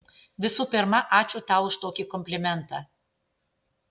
visų pirma ačiū tau už tokį komplimentą